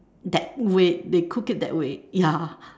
that way they cook it that way ya